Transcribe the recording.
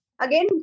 Again